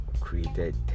created